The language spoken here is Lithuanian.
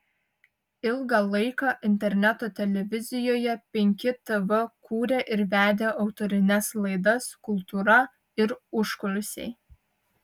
ilgą laiką interneto televizijoje penki tv kūrė ir vedė autorines laidas kultūra ir užkulisiai